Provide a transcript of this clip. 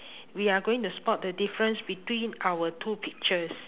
we are going to spot the difference between our two pictures